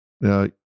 Now